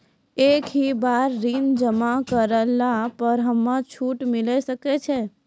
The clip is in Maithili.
एक ही बार ऋण जमा करला पर हमरा छूट मिले सकय छै?